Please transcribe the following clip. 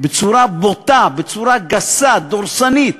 בצורה בוטה, בצורה גסה, דורסנית,